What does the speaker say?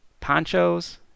ponchos